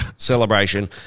Celebration